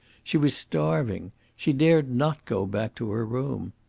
she was starving. she dared not go back to her room.